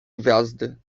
gwiazdy